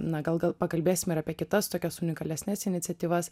na gal gal pakalbėsim ir apie kitas tokias unikalesnes iniciatyvas